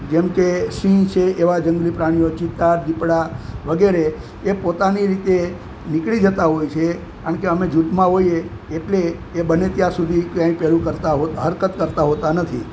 જેમકે સિંહ છે એવા જંગલી પ્રાણીઓ ચિત્તા દીપડા વગેરે એ પોતાની રીતે નીકળી જતા હોય છે કારણ કે અમે જૂથમાં હોઈએ એટલે એ બને ત્યાં સુધી ક્યાંય પેલું કરતા હરકત કરતા હોતા નથી